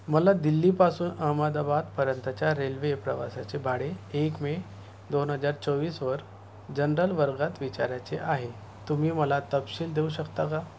मला दिल्लीपासून अहमदाबादपर्यंतच्या रेल्वे प्रवासाचे भाडे एक मे दोन हजार चोवीसवर जनरल वर्गात विचारायचे आहे तुम्ही मला तपशील देऊ शकता का